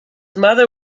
mother